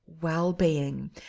well-being